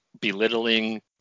belittling